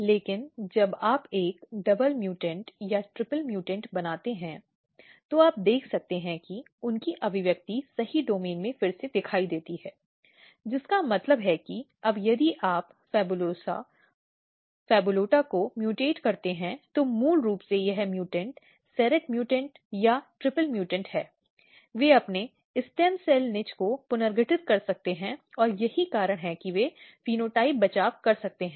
लेकिन जब आप एक डबल म्यूटेंट या ट्रिपल म्यूटेंट बनाते हैं तो आप देख सकते हैं कि उनकी अभिव्यक्ति सही डोमेन में फिर से दिखाई देती है जिसका मतलब है कि अब यदि आप PHABULOSA PHABULOTA को म्यूटेंट करते हैं तो मूल रूप से यह म्यूटेंट सीरेट म्यूटेंट या ट्रिपल म्यूटेंट है वे अपने स्टेम सेल निच को पुनर्गठित कर सकते हैं और यही कारण है कि वे फेनोटाइप बचाव कर सकते हैं